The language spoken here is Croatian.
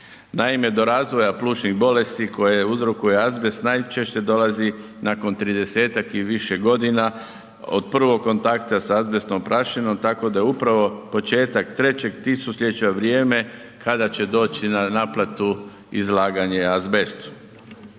Naime, do razvoja plućnih bolesti koje uzrokuje azbest najčešće dolazi nakon 30-tak i više godina od prvog kontakta s azbestno prašinom, tako da je upravo početak 3. tisućljeća vrijeme kada će doći na naplatu izlaganje azbestu.